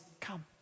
come